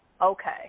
okay